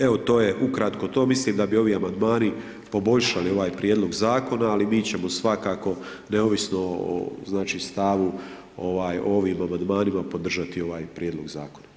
Evo to je ukratko to, mislim da bi ovi amandmani poboljšali ovaj prijedlog zakona ali mi ćemo svakako neovisno o stavu i ovim amandmanima podržati ovaj prijedlog zakona.